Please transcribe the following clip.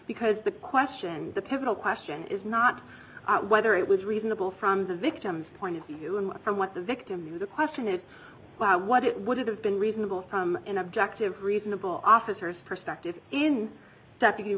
because the question the pivotal question is not whether it was reasonable from the victim's point of view and from what the victim knew the question is what it would have been reasonable from an objective reasonable officers perspective in